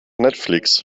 netflix